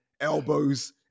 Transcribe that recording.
elbows